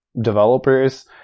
developers